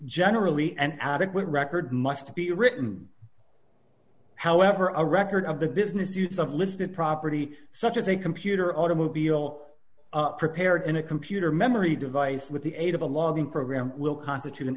generally an adequate record must be written however a record of the business use of listed property such as a computer automobile prepared in a computer memory device with the aid of a logging program will constitute an